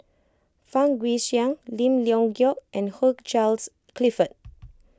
Fang Guixiang Lim Leong Geok and Hugh Charles Clifford